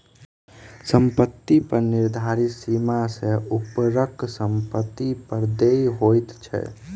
सम्पत्ति कर निर्धारित सीमा सॅ ऊपरक सम्पत्ति पर देय होइत छै